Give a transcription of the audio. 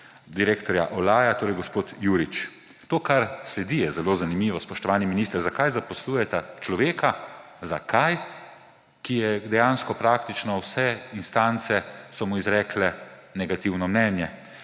direktorja Olaja, torej gospod Jurič. To, kar sledi, je zelo zanimivo, spoštovani minister. Zakaj zaposlujete človeka, ki so mu dejansko praktično vse instance izrekle negativno mnenje?